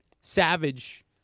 savage